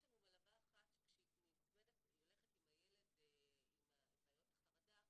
יש לנו מלווה אחת שכשהיא הולכת עם הילד עם בעיות החרדה,